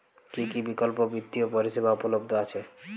কী কী বিকল্প বিত্তীয় পরিষেবা উপলব্ধ আছে?